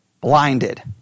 blinded